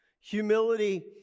Humility